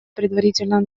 предварительно